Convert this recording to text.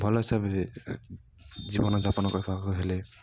ଭଲ ହିସାବରେ ଜୀବନଯାପନ କରିବାକୁ ହେଲେ